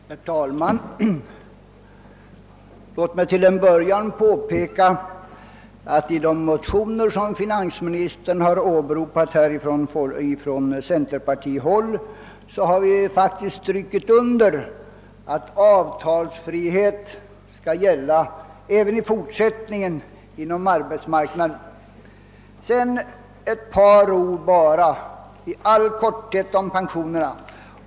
Herr talman! Låt mig till en början påpeka, att vi i de motioner från centerpartihåll som finansministern har åberopat faktiskt har strukit under, att avtalsfrihet måste gälla även i fortsättningen på arbetsmarknaden. Sedan bara ett par ord i all korthet om pensionerna.